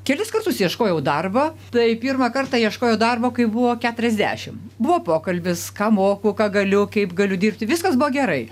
kelis kartus ieškojau darbą tai pirmą kartą ieškojau darbo kai buvo keturiasdešim buvo pokalbis ką moku ką galiu kaip galiu dirbti viskas buvo gerai